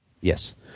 Yes